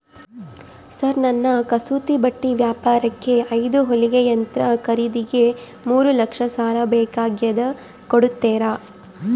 Sir ನನ್ನ ಕಸೂತಿ ಬಟ್ಟೆ ವ್ಯಾಪಾರಕ್ಕೆ ಐದು ಹೊಲಿಗೆ ಯಂತ್ರ ಖರೇದಿಗೆ ಮೂರು ಲಕ್ಷ ಸಾಲ ಬೇಕಾಗ್ಯದ ಕೊಡುತ್ತೇರಾ?